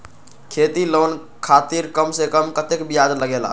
खेती लोन खातीर कम से कम कतेक ब्याज लगेला?